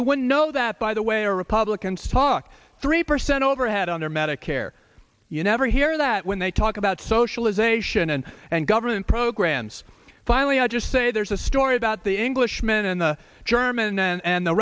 you would know that by the way republicans talk three percent overhead on their medicare you never hear that when they talk about socialization and and government programs finally i just say there's a story about the englishman and the german and the